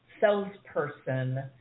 salesperson